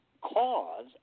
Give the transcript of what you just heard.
cause